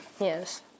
Yes